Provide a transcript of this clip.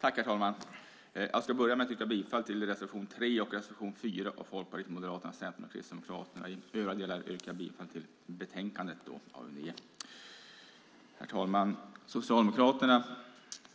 Herr talman! Jag ska börja med att yrka bifall till reservationerna 3 och 4 av Folkpartiet, Moderaterna, Centern, Kristdemokraterna. I övriga delar yrkar jag bifall till förslaget i betänkandet. Socialdemokraterna,